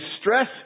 stress